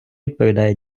відповідає